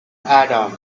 adam